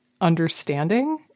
understanding